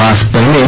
mask पहनें